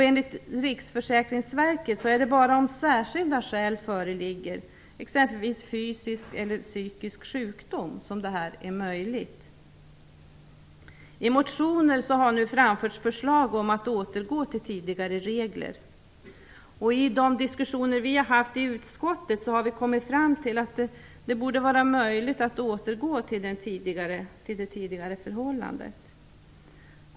Enligt Riksförsäkringsverket är det bara om särskilda skäl föreligger, exempelvis fysisk eller psykisk sjukdom, som detta är möjligt. I motioner har nu framförts förslag om att återgå till tidigare regler. I de diskussioner vi har haft i utskottet har vi kommit fram till att det borde vara möjligt att återgå till det tidigare förhållandet.